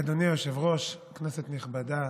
אדוני היושב-ראש, כנסת נכבדה,